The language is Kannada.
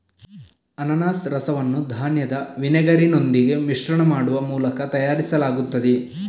ಅನಾನಸ್ ರಸವನ್ನು ಧಾನ್ಯದ ವಿನೆಗರಿನೊಂದಿಗೆ ಮಿಶ್ರಣ ಮಾಡುವ ಮೂಲಕ ತಯಾರಿಸಲಾಗುತ್ತದೆ